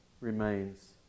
remains